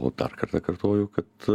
o dar kartą kartoju kad